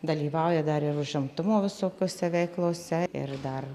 dalyvauja dar ir užimtumo visokiose veiklose ir dar